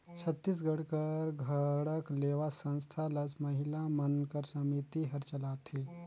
छत्तीसगढ़ कर गढ़कलेवा संस्था ल महिला मन कर समिति हर चलाथे